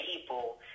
people